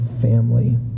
family